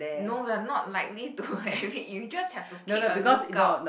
no we are likely to have it you just have to keep a look up